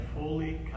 fully